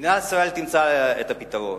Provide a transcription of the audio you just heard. מדינת ישראל תמצא את הפתרון.